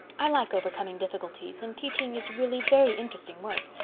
i like overcoming difficulties and teaching is really very interesting work.